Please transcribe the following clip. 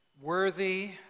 worthy